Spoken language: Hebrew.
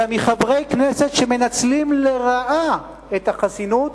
אלא מחברי כנסת שמנצלים לרעה את החסינות